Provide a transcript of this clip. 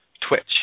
Twitch